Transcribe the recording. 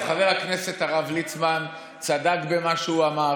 חבר הכנסת הרב ליצמן צדק במה שהוא אמר.